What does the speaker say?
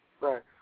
Right